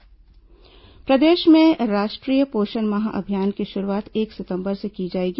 पोषण अभियान प्रदेश में राष्ट्रीय पोषण माह अभियान की शुरूआत एक सितंबर से की जाएगी